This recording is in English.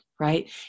right